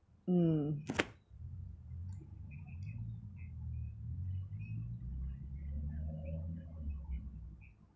mm